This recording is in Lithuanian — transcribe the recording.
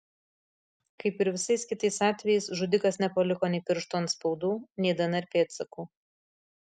kaip ir visais kitais atvejais žudikas nepaliko nei pirštų atspaudų nei dnr pėdsakų